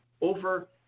over